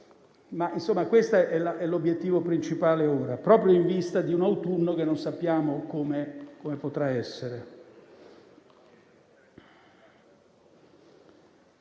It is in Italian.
Questo è adesso l'obiettivo principale, proprio in vista di un autunno che non sappiamo come potrà essere.